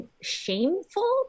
shameful